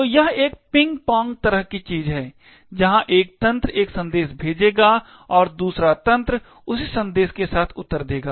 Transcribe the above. तो यह एक पिंग पोंग तरह की चीज है जहां एक तंत्र एक संदेश भेजेगा और दूसरा तंत्र उसी संदेश के साथ उत्तर देगा